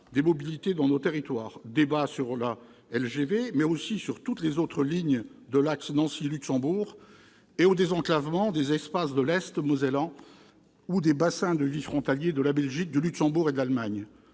des mobilités dans nos territoires : débat sur la LGV, mais aussi sur toutes les autres lignes de l'axe Nancy-Luxembourg et sur le désenclavement des espaces de l'Est mosellan ou des bassins de vie frontaliers de la Belgique, du Luxembourg et de l'Allemagne.